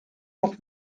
doch